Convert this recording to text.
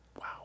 Wow